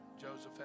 Joseph